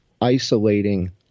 isolating